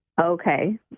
Okay